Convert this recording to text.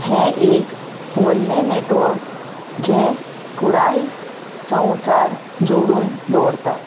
हें एक व्हडलें नेटवर्क जें पुराय संवसार जोडून दवरता